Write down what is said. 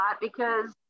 because-